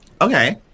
Okay